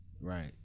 Right